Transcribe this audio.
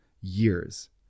years